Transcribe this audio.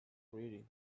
reading